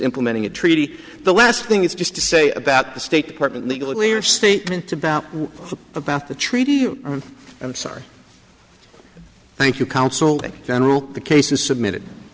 implementing a treaty the last thing is just to say about the state department legally or statement about the about the treaty i'm sorry thank you counsel general the case is submitted